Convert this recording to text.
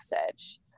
message